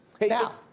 Now